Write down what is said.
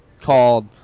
called